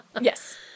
yes